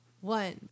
one